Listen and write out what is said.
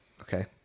Okay